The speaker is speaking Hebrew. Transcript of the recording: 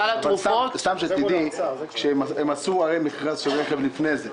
סתם שתדעי, הם עשו הרי מכרז של רכב לפני זה.